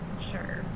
sure